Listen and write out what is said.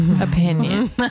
opinion